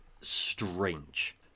strange